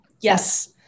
Yes